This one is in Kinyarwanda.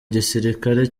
gisirikare